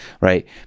right